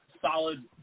solid